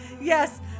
Yes